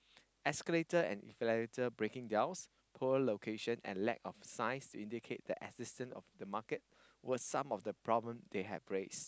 escalator and breaking down poor location and lack of signs to indicate the existence of the market were some of the problem they have raise